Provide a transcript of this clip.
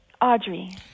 Audrey